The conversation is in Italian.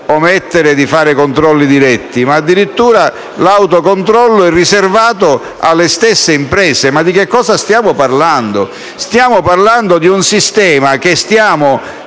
omettere di fare controlli diretti, ma addirittura l'autocontrollo è riservato alle stesse imprese. Ma di cosa stiamo parlando? Stiamo parlando di un sistema disegnato